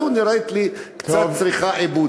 אבל ההגבלה הזאת נראית לי קצת צריכה עיבוד.